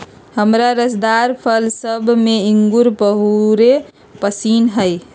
हमरा रसदार फल सभ में इंगूर बहुरे पशिन्न हइ